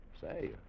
Say